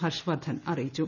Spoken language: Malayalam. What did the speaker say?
ഹർഷ വർദ്ധൻ അറിയിച്ചു